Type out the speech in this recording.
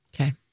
Okay